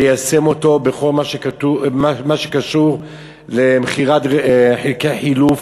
ליישם אותה בכל מה שקשור למכירת חלקי חילוף.